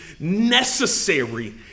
necessary